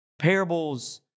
Parables